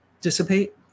dissipate